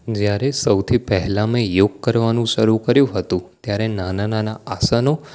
જયારે સૌથી પહેલાં મેં યોગ કરવાનું શરુ કર્યું હતું ત્યારે નાના નાના આસનો